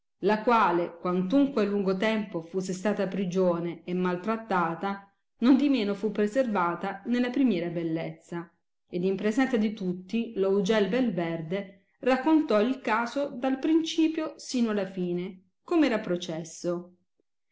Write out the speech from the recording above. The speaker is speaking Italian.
la quale quantunque lungo tempo fusse stata prigione e mal trattata nondimeno fu preservata nella primiera bellezza ed in presenza di tutti lo ugel bel verde raccontò il caso dal principio sino alla fine come era processo